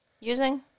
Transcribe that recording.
using